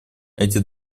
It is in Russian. эти